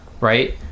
right